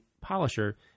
polisher